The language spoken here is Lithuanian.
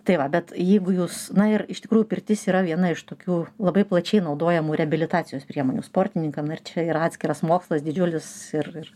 tai va bet jeigu jūs na ir iš tikrųjų pirtis yra viena iš tokių labai plačiai naudojamų reabilitacijos priemonių sportininkam na ir čia yra atskiras mokslas didžiulis ir ir